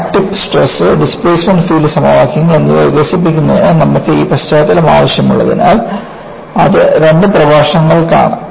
crack tip stress displacement field സമവാക്യങ്ങൾ എന്നിവ വികസിപ്പിക്കുന്നതിന് നമുക്ക് ഈ പശ്ചാത്തലം ആവശ്യമുള്ളതിനാൽ അത് രണ്ട് പ്രഭാഷണങ്ങൾക്കാണ്